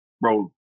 bro